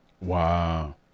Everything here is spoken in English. Wow